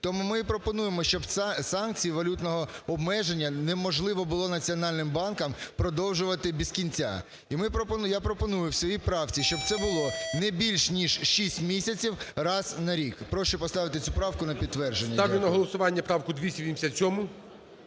Тому ми пропонуємо, щоб санкції валютного обмеження неможливо було Національним банком продовжувати без кінця. Я пропоную в своїй правці, щоб це було не більш ніж 6 місяців раз на рік. Прошу поставити цю правку на підтвердження. Дякую. ГОЛОВУЮЧИЙ. Ставлю на голосування правку 287.